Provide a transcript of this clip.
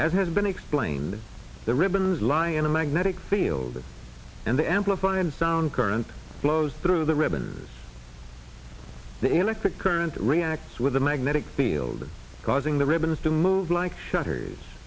as has been explained the ribbons line in the magnetic field and the amplified sound current flows through the ribbon the electric current reacts with the magnetic field causing the ribbons to move like shutters